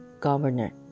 governor